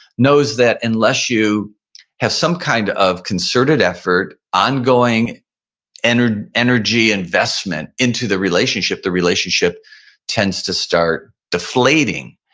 knows that unless you have some kind of concerted effort, ongoing energy energy investment into the relationship, the relationship tends to start deflating.